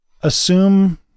assume